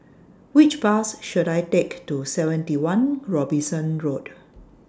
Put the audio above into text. Which Bus should I Take to seventy one Robinson Road